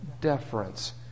deference